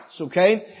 okay